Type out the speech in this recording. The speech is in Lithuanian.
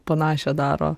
panašią daro